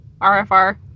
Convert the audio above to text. RFR